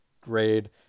grade